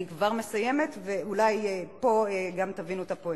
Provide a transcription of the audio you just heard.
אני כבר מסיימת, ואולי פה גם תבינו את הפואנטה.